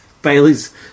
Bailey's